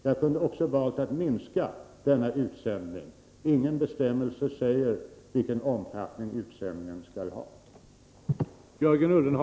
Jag kunde också ha valt att helt enkelt minska denna utsändning av hemligt material — ingen bestämmelse säger vilken omfattning utsändningen skall ha.